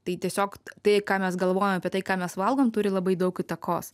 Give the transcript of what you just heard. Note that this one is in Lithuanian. tai tiesiog tai ką mes galvojam apie tai ką mes valgom turi labai daug įtakos